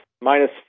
minus